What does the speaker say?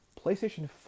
PlayStation